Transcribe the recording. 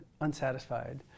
unsatisfied